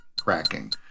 cracking